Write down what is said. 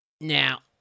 now